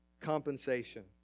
compensation